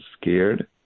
scared